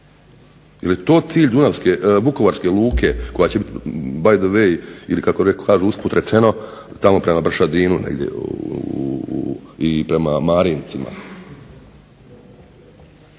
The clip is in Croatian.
li to cilj Vukovarske luke koja će btw ili kako kažu usput rečeno tamo prema Bršadinu negdje i prema Marincima.